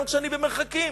גם כשאני במרחקים?